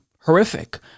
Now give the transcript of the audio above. horrific